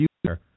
future